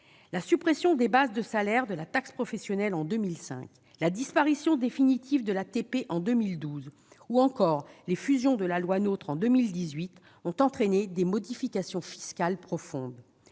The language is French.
La suppression des bases de salaires de la taxe professionnelle (TP) en 2005, la disparition définitive de la TP en 2012 ou encore les fusions opérées par la loi NOTRe en 2018 ont entraîné des modifications fiscales profondes.